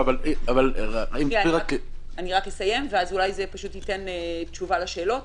--- אני רק אסיים, ואולי זה ייתן תשובה לשאלות.